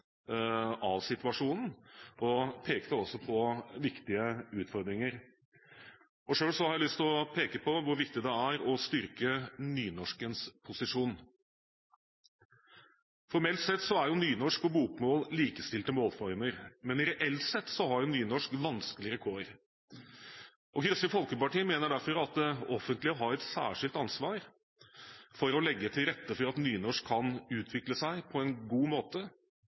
av situasjonen og pekte også på viktige utfordringer. Selv har jeg lyst til å peke på hvor viktig det er å styrke nynorskens posisjon. Formelt sett er nynorsk og bokmål likestilte målformer, men reelt sett har nynorsk vanskeligere kår. Kristelig Folkeparti mener derfor at det offentlige har et særskilt ansvar for å legge til rette for at nynorsk kan utvikle seg på en god måte.